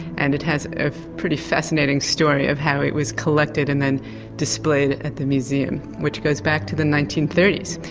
and it has a pretty fascinating story of how it was collected and then displayed at the museum which goes back to the nineteen thirty s.